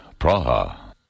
Praha